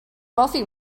wealthy